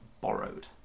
borrowed